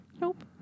Nope